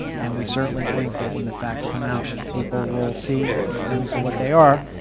and we certainly think that when the facts come out, people will see them for what they are,